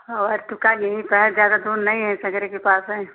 और ज़्यादा दूर नहीं है के सगरे के पास है